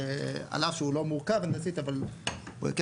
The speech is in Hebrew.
שעל אף שהוא לא מורכב הנדסית הוא כל כך